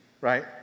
Right